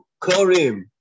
Korim